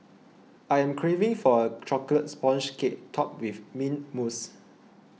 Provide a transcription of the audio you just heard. I am craving for a Chocolate Sponge Cake Topped with Mint Mousse